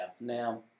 now